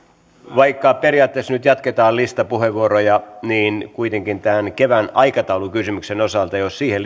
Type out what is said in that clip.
vaikka periaatteessa nyt jatketaan listapuheenvuoroja niin kuitenkin tämän kevään aikataulukysymyksen osalta jos siihen